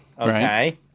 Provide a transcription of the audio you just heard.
Okay